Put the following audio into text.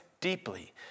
deeply